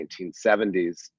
1970s